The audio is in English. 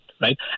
right